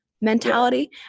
mentality